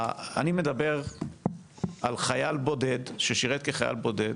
אני מדבר על חייל בודד ששירת כחייל בודד,